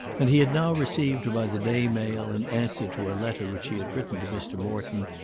and he had now received by the day mail an answer to a letter which he had written to mr. morton,